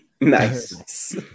Nice